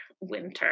winter